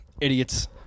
Idiots